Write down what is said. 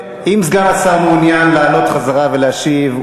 אם סגן השר מעוניין לעלות חזרה ולהשיב,